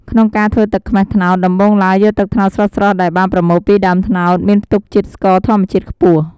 ក្នុងការធ្វើទឹកខ្មេះត្នោត ដំបូងឡើយ យកទឹកត្នោតស្រស់ៗដែលបានប្រមូលពីដើមត្នោត មានផ្ទុកជាតិស្ករធម្មជាតិខ្ពស់។